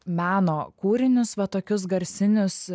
meno kūrinius va tokius garsinius